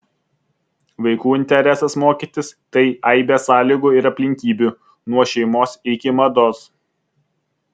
vaikų interesas mokytis tai aibė sąlygų ir aplinkybių nuo šeimos iki mados